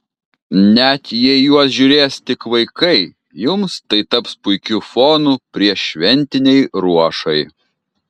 net jei juos žiūrės tik vaikai jums tai taps puikiu fonu prieššventinei ruošai